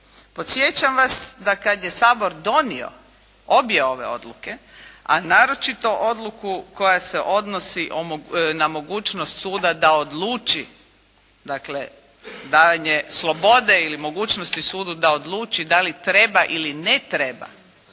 Podsjećam vas da kad je Sabor donio obje ove odluke, a naročito odluku koja se odnosi na mogućnost suda da odluči, dakle davanje slobode ili mogućnosti sudu da odluči da li treba ili ne treba